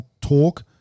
talk